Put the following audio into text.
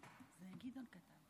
הכהן.